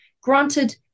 Granted